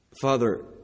Father